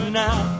now